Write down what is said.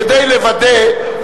כדי לוודא,